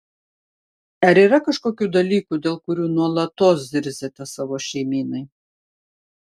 ar yra kažkokių dalykų dėl kurių nuolatos zirziate savo šeimynai